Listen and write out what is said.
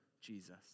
Jesus